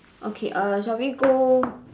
okay err shall we go